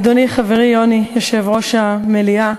אדוני, חברי יוני יושב-ראש המליאה,